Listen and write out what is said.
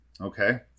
Okay